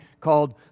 called